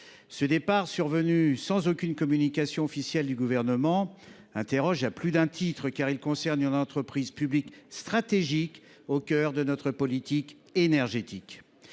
Ce départ, survenu sans aucune communication officielle du Gouvernement, interroge à plus d’un titre, car il concerne une entreprise publique stratégique, au cœur de notre politique énergétique.